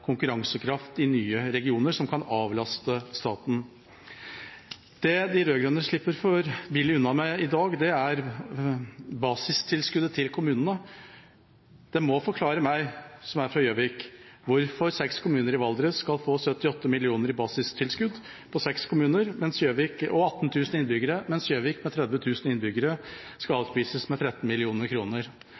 konkurransekraft i nye regioner som kunne avlaste staten. Det de rød-grønne slipper for billig unna med i dag, er basistilskuddet til kommunene. De må forklare meg, som er fra Gjøvik, hvorfor seks kommuner i Valdres med 18 000 innbyggere skal få 78 mill. kr i basistilskudd, mens Gjøvik med 30 000 innbyggere skal avspises med